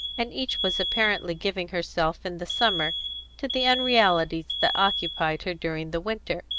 and each was apparently giving herself in the summer to the unrealities that occupied her during the winter.